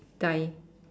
die